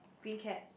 green cap